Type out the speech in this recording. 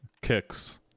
kicks